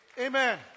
Amen